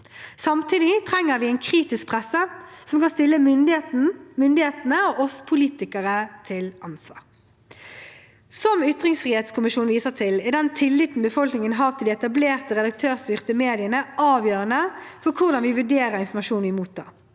Samtidig trenger vi en kritisk presse som kan stille myndighetene og oss politikere til ansvar. Som ytringsfrihetskommisjonen viser til, er den tilliten befolkningen har til de etablerte, redaktørstyrte mediene avgjørende for hvordan vi vurderer informasjonen vi mottar.